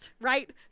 right